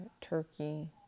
Turkey